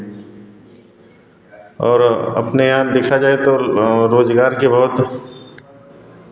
और अपने यहाँ देखा जाए तो रोज़गार की बहुत